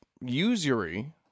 usury